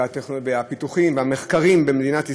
הפיתוחים והמחקרים במדינת ישראל,